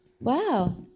wow